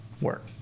work